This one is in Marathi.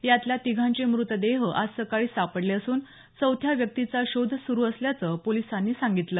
यातल्या तिघांचे मृतदेह आज सकाळी सापडले असून चौथ्या व्यक्तीचा शोध सुरू असल्याचं पोलिसांनी सांगितलं